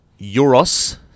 euros